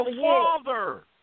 father